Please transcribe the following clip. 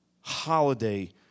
holiday